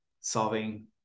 solving